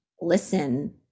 listen